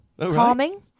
calming